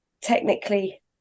technically